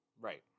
Right